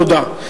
תודה.